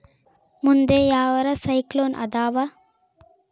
ಮುಂದೆ ಯಾವರ ಸೈಕ್ಲೋನ್ ಅದಾವ?